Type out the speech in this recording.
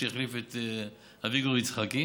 שהחליף את אביגדור יצחקי,